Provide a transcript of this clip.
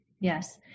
Yes